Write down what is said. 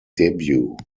debut